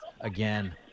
again